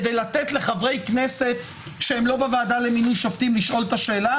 כדי לתת לחברי כנסת שהם לא בוועדה למינוי שופטים לשאול את השאלה?